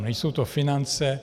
Nejsou to finance.